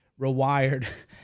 rewired